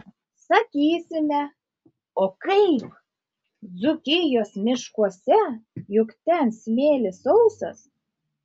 sakysime o kaip dzūkijos miškuose juk ten smėlis sausas